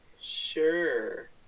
Sure